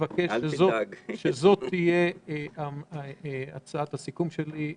אני מבקש שמה שהקראתי יהיה הצעת הסיכום שלי.